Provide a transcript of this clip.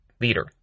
leader